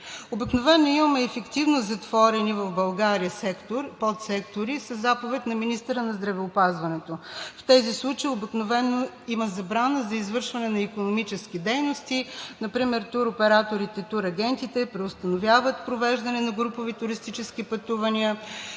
Обикновено имаме ефективно затворени в България сектори и подсектори със заповед на министъра на здравеопазването. В тези случаи обикновено има забрана за извършване на икономически дейности, например туроператорите и турагентите преустановяват провеждане на групови туристически пътувания,